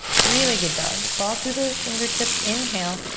three legged dog. claw through the fingertips. inhale.